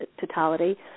totality